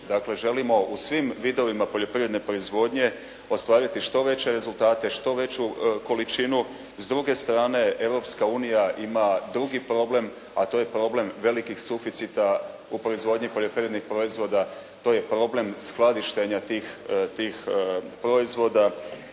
dakle želimo u svim vidovima poljoprivredne proizvodnje ostvariti što veće rezultate, što veću količinu. S druge strane Europska unija ima drugi problem, a to je problem velikih suficita u proizvodnji poljoprivrednih proizvoda. To je problem skladištenja tih proizvoda.